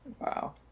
Wow